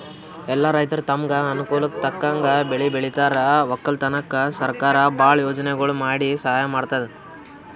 ಎಲ್ಲಾ ರೈತರ್ ತಮ್ಗ್ ಅನುಕೂಲಕ್ಕ್ ತಕ್ಕಂಗ್ ಬೆಳಿ ಬೆಳಿತಾರ್ ವಕ್ಕಲತನ್ಕ್ ಸರಕಾರ್ ಭಾಳ್ ಯೋಜನೆಗೊಳ್ ಮಾಡಿ ಸಹಾಯ್ ಮಾಡ್ತದ್